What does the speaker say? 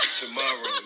tomorrow